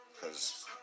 Cause